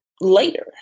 later